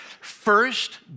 First